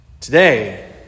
Today